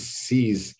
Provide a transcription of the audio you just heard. sees